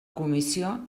comissió